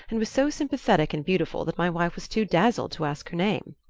and was so sympathetic and beautiful that my wife was too dazzled to ask her name.